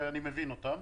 אני מבין אותה.